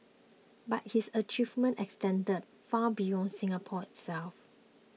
but his achievement extended far beyond Singapore itself